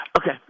Okay